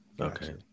Okay